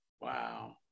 Wow